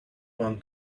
one